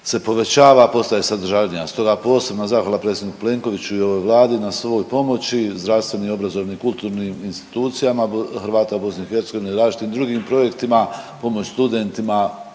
se povećava, postaje sadržajnija. Stoga posebna zahvala predsjedniku Plenkoviću i ovoj Vladi na svoj pomoći zdravstvenim i obrazovnim i kulturnim institucijama Hrvata u BiH i različitim drugim projektima, pomoć studentima,